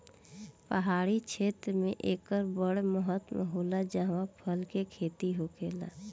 पहाड़ी क्षेत्र मे एकर बड़ महत्त्व होला जाहा फल के खेती होखेला